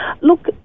Look